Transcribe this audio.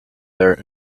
there